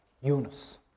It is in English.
Yunus